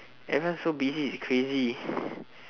everyone's so busy it's crazy